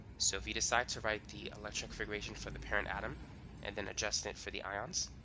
so if you decide to write the electron configuration for the parent atom and then adjust it for the ions,